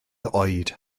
oed